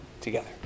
together